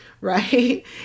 right